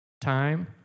Time